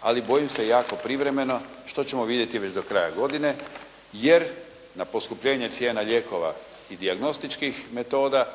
ali bojim se jako privremeno što ćemo vidjeti već do kraja godine jer na poskupljenje cijena lijekova i dijagnostičkih metoda